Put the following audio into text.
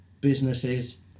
businesses